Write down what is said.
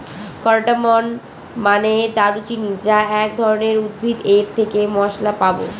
cardamom মানে দারুচিনি যা এক ধরনের উদ্ভিদ এর থেকে মসলা পাবো